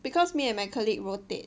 because me and my colleague rotate